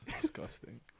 Disgusting